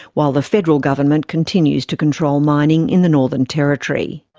while the federal government continues to control mining in the northern territory.